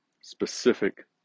specific